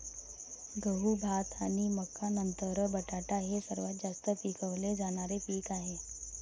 गहू, भात आणि मका नंतर बटाटा हे सर्वात जास्त पिकवले जाणारे पीक आहे